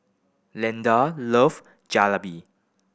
Leander love Jalebi